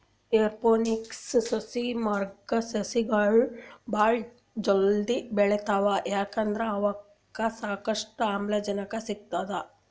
aeroponics ಸಿಸ್ಟಮ್ದಾಗ್ ಸಸಿಗೊಳ್ ಭಾಳ್ ಜಲ್ದಿ ಬೆಳಿತಾವ್ ಯಾಕಂದ್ರ್ ಅವಕ್ಕ್ ಸಾಕಷ್ಟು ಆಮ್ಲಜನಕ್ ಸಿಗ್ತದ್